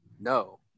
No